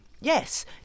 yes